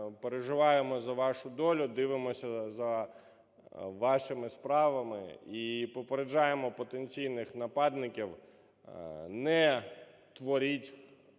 переживаємо за вашу долю, дивимося за вашими справами і попереджаємо потенційних нападників, не творіть